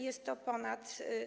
Jest to ponad.